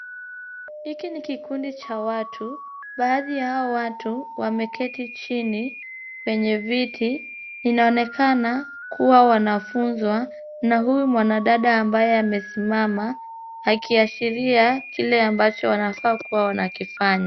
Hiki ni kikundi cha watu. Baadhi ya hao watu wameketi chini kwenye viti. Inaonekana kuwa wanafunzwa na huyu mwanadada ambaye amesimama, akiashiria kile ambacho wanafaa kuwa wanakifanya.